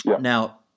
Now